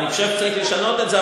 אני חושב שצריך לשנות את זה,